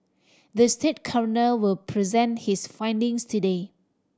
the state coroner will present his findings today